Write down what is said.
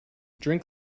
drink